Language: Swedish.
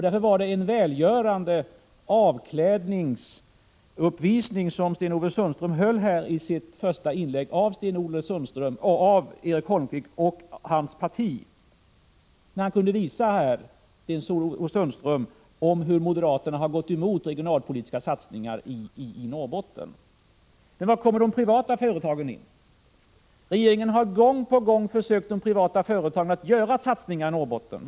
Därför var det en välgörande avklädningsuppvisning av Erik Holmkvist och hans parti som Sten-Ove Sundström gjorde i sitt första inlägg. Sten-Ove Sundström kunde visa hur moderaterna gått emot regionalpolitiska satsningar i Norrbotten. Var kommer de privata företagen in? Regeringen har gång på gång försökt få de privata företagen att göra satsningar i Norrbotten.